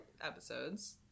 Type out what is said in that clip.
episodes